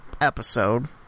episode